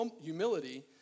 humility